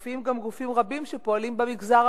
מופיעים גם גופים רבים שפועלים במגזר